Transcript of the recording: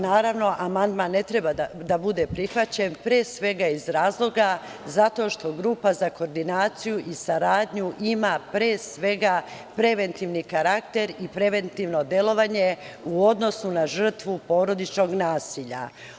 Naravno, amandman ne treba da bude prihvaćen, pre svega iz razloga zato što Grupa za koordinaciju i saradnju ima, pre svega, preventivni karakter i preventivno delovanje u odnosu na žrtvu porodičnog nasilja.